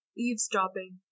eavesdropping